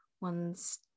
one's